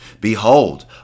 Behold